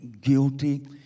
guilty